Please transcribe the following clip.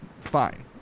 fine